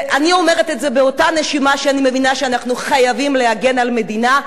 ואני אומרת את זה באותה נשימה שאני מבינה שאנחנו חייבים להגן על המדינה,